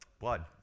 blood